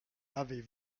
avez